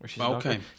okay